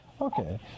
Okay